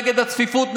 נגד הצפיפות,